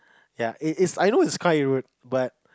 ya it it is I know is kinda rude but